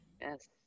Yes